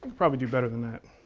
probably do better than that.